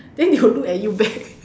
then they will look at you back